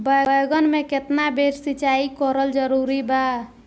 बैगन में केतना बेर सिचाई करल जरूरी बा?